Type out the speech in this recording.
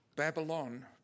Babylon